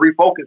refocus